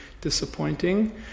disappointing